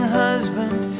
husband